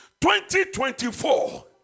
2024